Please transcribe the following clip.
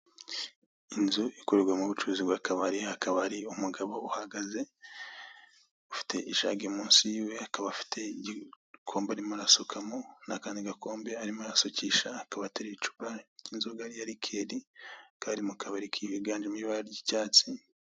Inzu ikorerwamo ubucuruzi bw'akabari, umugabo uhagaze, ufite ijage munsi, akaba afite igikombe arimo arasukamo n'akandi gakombe arimo arasukisha, akaba ateruye icupa ry'inzoga ya likeri, akaba ari mu kabari kiganjemo ibara ry'icyatsi.